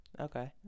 Okay